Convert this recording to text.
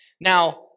Now